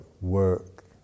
work